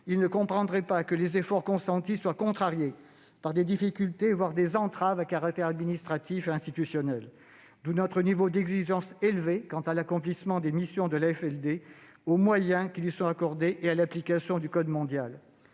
Ils ne comprendraient pas que les efforts consentis soient contrariés par des difficultés, voire des entraves, à caractère administratif et institutionnel. D'où notre niveau d'exigence élevé quant à l'accomplissement des missions de l'AFLD, aux moyens qui lui sont accordés et à l'application du code mondial.